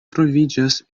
troviĝas